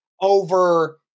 over